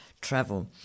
travel